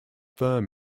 firm